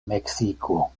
meksiko